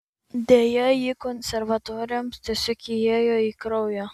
deja ji konservatoriams tiesiog įėjo į kraują